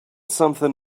something